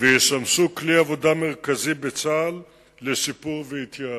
וישמשו כלי עבודה מרכזי בצה"ל לשיפור והתייעלות.